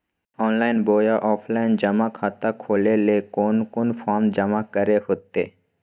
Online बोया offline जमा खाता खोले ले कोन कोन फॉर्म जमा करे होते?